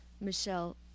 Michelle